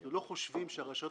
אנחנו לא חושבים שלרשויות